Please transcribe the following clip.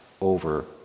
over